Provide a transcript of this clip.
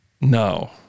No